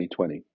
2020